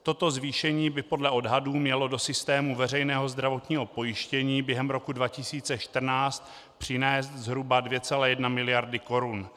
Toto zvýšení by podle odhadů mělo do systému veřejného zdravotního pojištění během roku 2014 přinést zhruba 2,1 mld. korun.